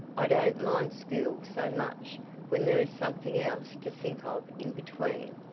i don't mind school so much when there is something else to think of in between.